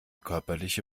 körperliche